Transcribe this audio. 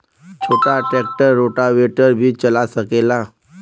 छोटा tractor rotavator भी चला सकेला?